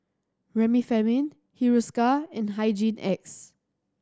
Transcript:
Remifemin Hiruscar and Hygin X